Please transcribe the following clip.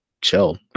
chill